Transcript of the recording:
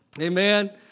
amen